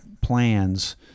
plans